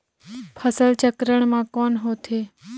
फसल चक्रण मा कौन होथे?